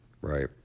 right